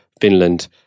Finland